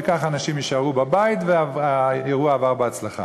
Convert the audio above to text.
וככה אנשים יישארו בבית והאירוע עבר בהצלחה.